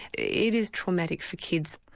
it is traumatic for kids.